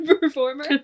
performer